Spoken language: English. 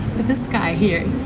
this guy here.